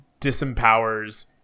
disempowers